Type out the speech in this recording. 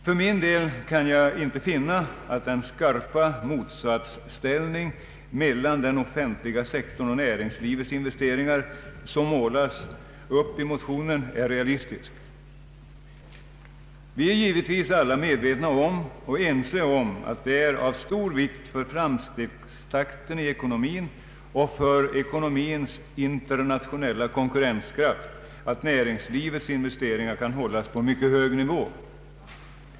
För min del kan jag inte finna att den skarpa motsatsställning mellan den offentliga sektorn och näringslivets investeringar som målas upp i motionen är realistisk. Vi är givetvis alla medvetna om och ense om att det är av stor vikt för framstegstakten i ekonomin och för ekonomins internationella konkurrenskraft att näringslivets investeringar kan hållas på en mycket hög nivå.